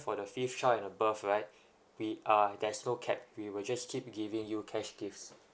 for the fifth child and above right we uh there's no cap we will just keep giving you cash gifts